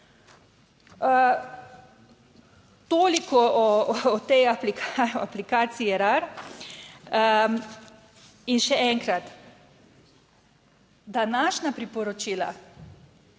Toliko o tej aplikaciji Erar. In še enkrat. Današnja priporočila.